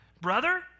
Brother